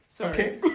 Okay